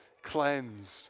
cleansed